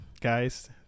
Guys